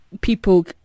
people